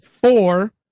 four